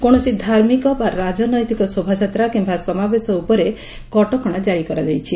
କୌଣସି ଧାର୍ମିକ ବା ରାଜନୈତିକ ଶୋଭାଯାତ୍ରା କିମ୍ୟା ସମାବେଶ ଉପରେ କଟକଶା ଜାରି କରାଯାଇଛି